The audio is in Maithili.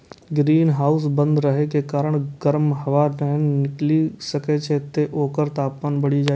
ग्रीनहाउस बंद रहै के कारण गर्म हवा नै निकलि सकै छै, तें ओकर तापमान बढ़ि जाइ छै